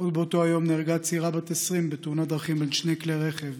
עוד באותו היום נהרגה צעירה בת 20 בתאונת דרכים בין שני כלי רכב,